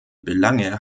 belange